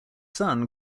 son